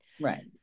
Right